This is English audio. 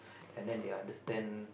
and then they understand